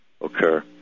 occur